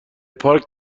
پارک